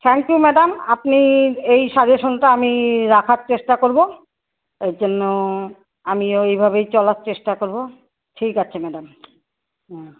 thank you madam আপনি এই সাজেশনটা আমি রাখার চেষ্টা করব এর জন্য আমি ওইভাবেই চলার চেষ্টা করব ঠিক আছে ম্যাডাম হুম